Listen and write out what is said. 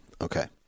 Okay